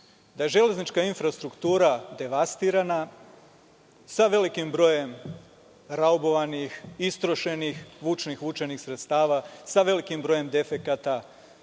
da je železnička infrastruktura devastirana, sa velikim brojem raubovanih, istrošenih vučnih i vučenih sredstava, sa velikim brojem defekata,